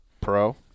pro